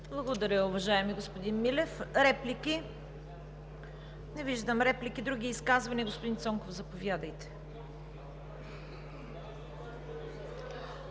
Благодаря, уважаеми господин Симов. Реплики? Не виждам реплики. Други изказвания? Господин Рашидов, заповядайте.